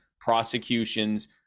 prosecutions